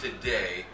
today